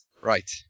Right